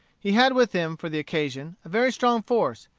he had with him, for the occasion, a very strong force,